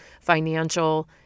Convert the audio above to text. financial